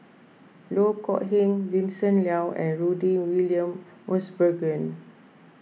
Loh Kok Heng Vincent Leow and Rudy William Mosbergen